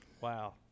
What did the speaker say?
Wow